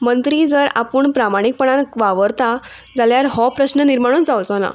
मंत्री जर आपूण प्रामाणीकपणान वावरता जाल्यार हो प्रश्न निर्माणूच जावचो ना